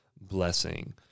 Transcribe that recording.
blessing